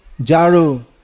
jaru